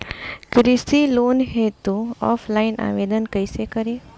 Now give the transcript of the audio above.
कृषि लोन हेतू ऑफलाइन आवेदन कइसे करि?